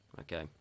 Okay